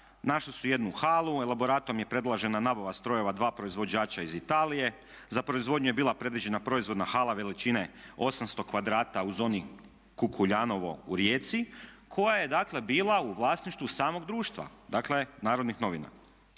Našli su jednu halu, elaboratom je predložena nabava strojeva 2 proizvođača iz Italije. Za proizvodnju je bila predviđena proizvodna hala veličine 800 kvadrata u zoni Kukuljanovo u Rijeci koja je dakle bila u vlasništvu samog društva, dakle Narodnih novina.